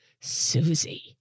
Susie